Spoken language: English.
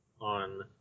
on